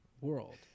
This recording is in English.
world